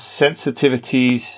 sensitivities